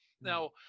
Now